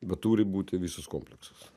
bet turi būti visas kompleksas